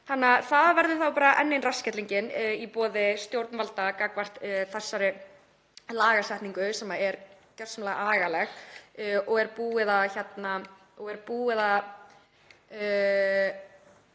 þannig, það verður þá bara enn ein rassskellingin í boði stjórnvalda gagnvart þessari lagasetningu sem er gjörsamlega agaleg og er búið að